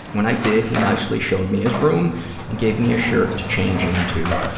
when i did, he nicely showed me his room and gave me a shirt to change into,